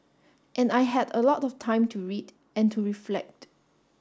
and I had a lot of time to read and to reflect